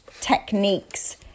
techniques